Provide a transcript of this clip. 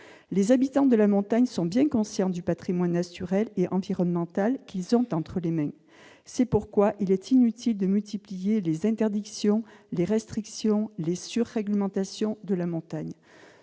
Les habitants de la montagne sont bien conscients du patrimoine naturel et environnemental qu'ils ont entre les mains. C'est pourquoi il est inutile de multiplier les interdictions, les restrictions et les surréglementations à la montagne.